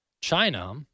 China